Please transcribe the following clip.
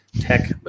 Tech